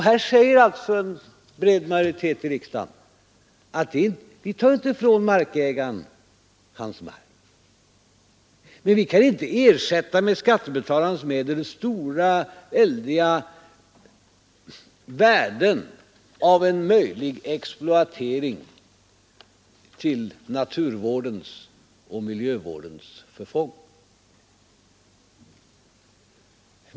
På denna punkt säger en bred majoritet i riksdagen: Vi tar inte ifrån markägaren hans mark, men vi kan inte med skattebetalarnas medel ersätta väldiga värden av en möjlig exploatering till förfång för naturvården och miljövården.